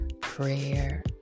Prayer